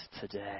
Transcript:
today